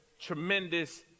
tremendous